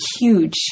huge